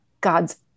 God's